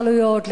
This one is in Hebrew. ההתנחלויות,